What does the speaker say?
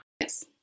yes